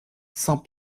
saint